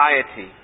society